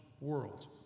world